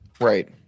Right